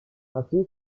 ainsi